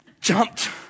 jumped